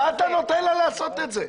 מה אתה נותן לה לעשות את זה?